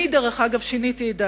אני, דרך אגב, שיניתי את דעתי,